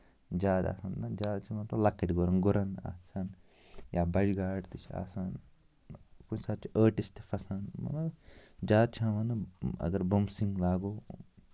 زیادٕ آسن نہ زیادٕ چھِ یِوان پَتہٕ لۄکٕٹۍ گُرَن گُرَن آسان یا بَجہِ گاڈٕ تہِ چھِ آسان کُنہِ ساتہٕ چھِ ٲٹِس تہِ پھسان مطلب زیادٕ چھِ یِوان یِم اَگر بُمسِنگ لاگو